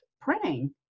printing